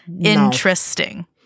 Interesting